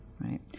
right